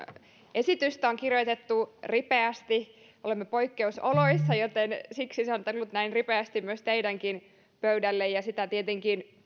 esitystä on kirjoitettu ripeästi olemme poikkeusoloissa joten siksi se on tullut näin ripeästi teidänkin pöydällenne ja sitä tietenkin